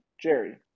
Jerry